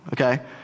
Okay